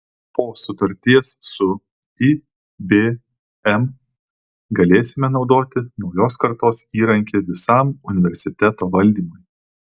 po sutarties su ibm galėsime naudoti naujos kartos įrankį visam universiteto valdymui